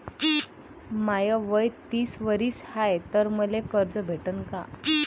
माय वय तीस वरीस हाय तर मले कर्ज भेटन का?